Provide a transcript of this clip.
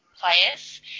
Players